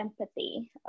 empathy